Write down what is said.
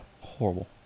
Horrible